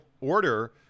order